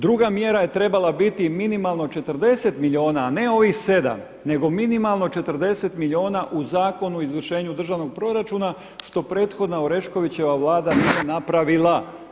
Druga mjera je trebala biti minimalno 40 milijuna, a ne ovih 7 nego minimalno 40 milijuna u Zakonu o izvršenju državnog proračuna što prethodna Oreškovićeva vlada nije napravila.